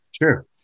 Sure